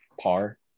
par